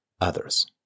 others